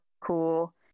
cool